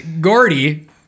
Gordy